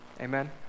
Amen